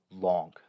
long